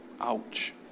ouch